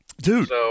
Dude